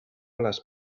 les